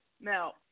Now